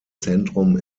zentrum